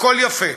הכול יפה.